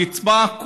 הקצבה,